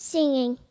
Singing